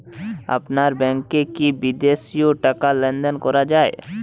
আপনার ব্যাংকে কী বিদেশিও টাকা লেনদেন করা যায়?